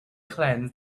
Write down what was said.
cleanse